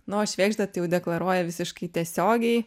nu o švėgžda deklaruoja visiškai tiesiogiai